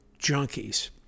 junkies